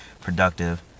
productive